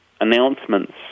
announcements